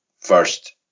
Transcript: first